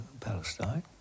Palestine